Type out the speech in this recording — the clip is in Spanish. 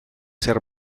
ser